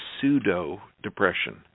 pseudo-depression